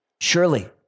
surely